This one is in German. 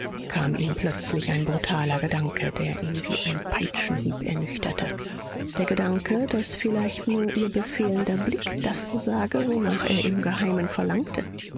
kam ihm plötzlich ein brutaler gedanke der ihn wie ein peitschenhieb ernüchterte der gedanke daß vielleicht nur ihr befehlender blick das sage wonach er im geheimen verlangte